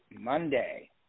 Monday